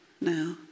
now